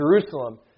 Jerusalem